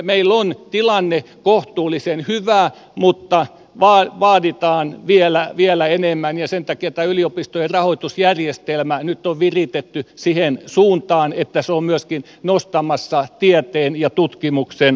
meillä on tilanne kohtuullisen hyvä mutta vaaditaan vielä enemmän ja sen takia yliopistojen rahoitusjärjestelmä nyt on viritetty siihen suuntaan että se on myöskin nostamassa tieteen ja tutkimuksen tasoa